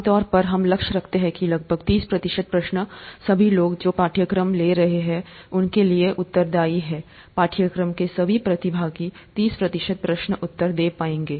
आमतौर पर हम लक्ष्य रखते हैं कि लगभग तीस प्रतिशत प्रश्न सभी लोग जो पाठ्यक्रम ले रहे हैं उनके लिए उत्तरदायी हैं पाठ्यक्रम के सभी प्रतिभागी तीस प्रतिशत प्रश्न उत्तर दे पाएंगे